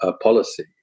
policy